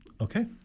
Okay